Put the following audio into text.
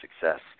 success